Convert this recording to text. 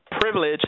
privilege